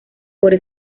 por